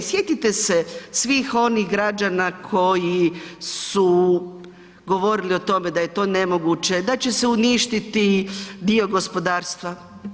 Sjetite se svih onih građana koji su govorili o tome da je to nemoguće, da će se uništiti dio gospodarstva.